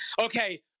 okay